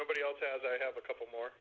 nobody else has i have a couple more